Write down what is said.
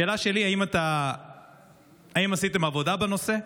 השאלה שלי, האם עשיתם עבודה בנושא?